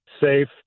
safe